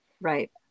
right